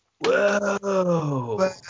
Whoa